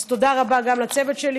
אז תודה רבה גם לצוות שלי,